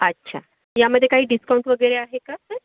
अच्छा यामध्ये काही डिस्काऊंट वगैरे आहे का सर